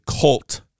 cult